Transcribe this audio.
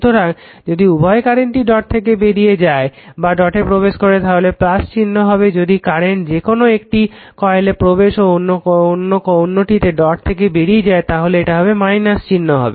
সুতরাং যদি উভয় কারেন্টই উভয় ডট থেকে বেরিয়ে যায় বা ডটে প্রবেশ করে তাহলে চিহ্ন হবে যদি কারেন্ট যেকোনো একটি কয়েলে প্রবেশ করে ও অন্যটি ডট থেকে বেরিয়ে যায় তাহলে এটা - চিহ্ন হবে